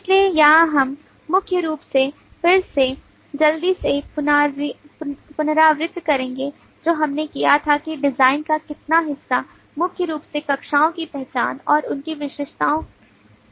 इसलिए यहां हम मुख्य रूप से फिर से जल्दी से पुनरावृत्ति करेंगे जो हमने किया था कि डिजाइन का कितना हिस्सा मुख्य रूप से कक्षाओं की पहचान और उनकी विशेषताओं का किया गया है